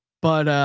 but,